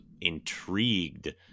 intrigued